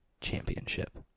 Championship